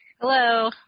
Hello